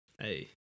Hey